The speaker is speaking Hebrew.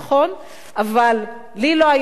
אבל לי לא היה חלק בזה,